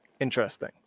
Interesting